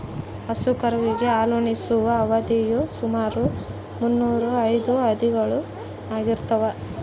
ಹಸು ಕರುವಿಗೆ ಹಾಲುಣಿಸುವ ಅವಧಿಯು ಸುಮಾರು ಮುನ್ನೂರಾ ಐದು ದಿನಗಳು ಆಗಿರ್ತದ